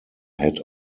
had